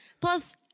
Plus